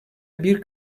bir